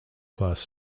class